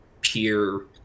peer